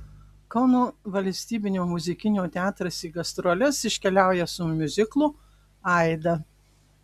kauno valstybinio muzikinio teatras į gastroles iškeliauja su miuziklu aida